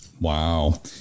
Wow